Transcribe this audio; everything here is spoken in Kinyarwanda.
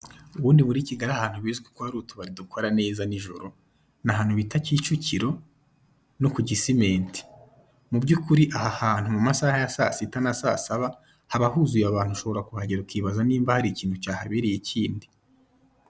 Ubundi muri Kigali ahantu bizwi ko hari utubari dukora neza nijoro ni ahantu bita Kicukiro no ku gisimenti, mu byukuri aha hantu mu masaha ya saa sita na saa saba haba huzuye abantu ushobora kuhageza ukibaza niba hari ikintu cyahabereye kindi.